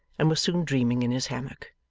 and was soon dreaming in his hammock.